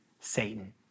Satan